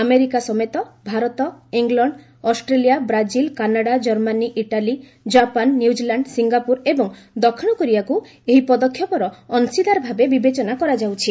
America ସମେତ Bharat England Australia Brazil Canada Germany Italy Japan New Zealand Singapore ଏବଂ ଦକ୍ଷିଣ କୋରିଆକୁ ଏହି ପଦକ୍ଷେପର ଅଂଶୀଦାର ଭାବେ ବିବେଚନା କରାଯାଉଛି